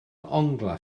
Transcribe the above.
onglau